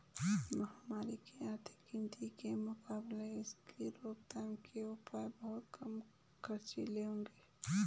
महामारी की आर्थिक कीमत के मुकाबले इसकी रोकथाम के उपाय बहुत कम खर्चीले होंगे